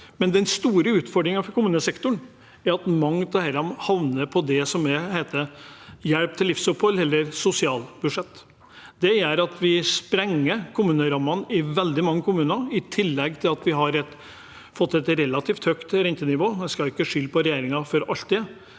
Den store utfordringen for kommunesektoren er at mange av disse havner på det som heter hjelp til livsopphold, eller sosialbudsjett. Det gjør at vi sprenger kommunerammene i veldig mange kommuner. I tillegg har vi fått et relativt høyt rentenivå.